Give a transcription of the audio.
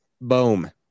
Boom